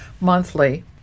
monthly